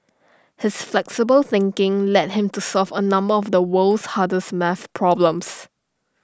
his flexible thinking led him to solve A number of the world's hardest maths problems